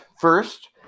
First